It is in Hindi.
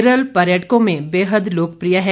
केरल पर्यटकों में बेहद लोकप्रिय है